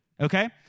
okay